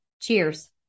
Cheers